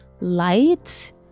light